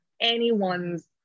anyone's